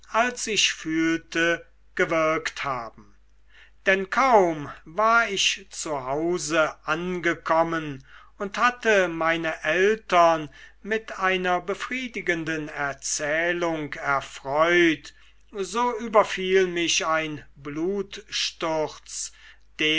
als ich fühlte gewirkt haben denn kaum war ich zu hause angekommen und hatte meine eltern mit einer befriedigenden erzählung erfreut so überfiel mich ein